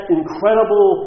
incredible